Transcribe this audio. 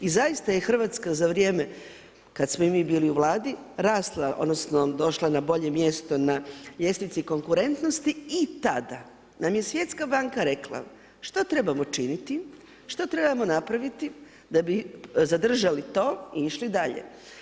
I zaista je Hrvatska za vrijeme kad smo i mi bili u Vladi rasla, odnosno došla na bolje mjesto na ljestvici konkurentnosti i tada nam je Svjetska banka rekla što trebamo činiti, što trebamo napraviti da bi zadržali to i išli dalje.